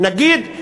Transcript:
נגיד,